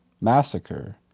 massacre